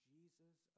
Jesus